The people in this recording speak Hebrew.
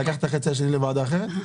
לקחת את החצי השני לוועדה אחרת?